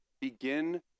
begin